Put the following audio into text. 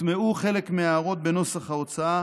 הוטמעו חלק מההערות בנוסח ההצעה,